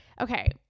okay